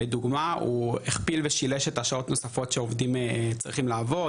לדוגמה הוא הכפיל ושילש את השעות נוספות שעובדים צריכים לעבוד,